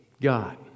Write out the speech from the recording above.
God